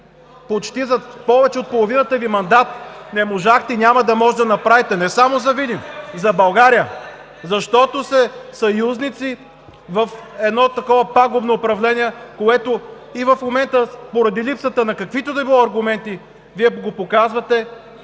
почти за повече от половината Ви мандат не можахте и няма да можете да направите. (Шум и реплики.) Не само за Видин, а и за България, защото сте съюзници в едно такова пагубно управление, което и в момента, поради липсата на каквито и да било аргументи, Вие го показвате,